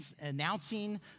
announcing